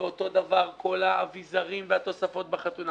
ואותו דבר כל האביזרים והתוספות בחתונה.